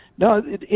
No